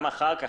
גם אחר כך,